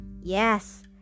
Yes